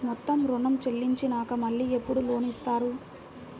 మొత్తం ఋణం చెల్లించినాక మళ్ళీ ఎప్పుడు లోన్ ఇస్తారు?